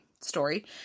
story